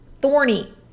thorny